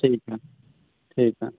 ठीक है ठीक है